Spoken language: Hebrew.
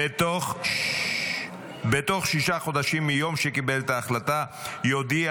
בתוך שישה חודשים מיום שקיבל את ההחלטה יודיע